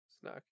snack